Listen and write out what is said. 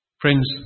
Friends